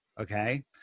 Okay